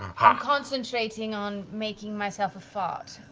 ah concentrating on making myself a fart.